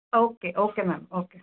okay okay ma'am okay